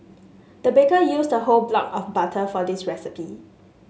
the baker used a whole block of butter for this recipe